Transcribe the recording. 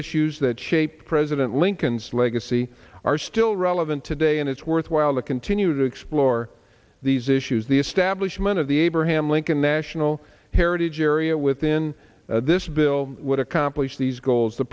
issues that shaped president lincoln's legacy are still relevant today and it's worthwhile to continue to explore these issues the establishment of the abraham lincoln national heritage area within this bill would accomplish these goals the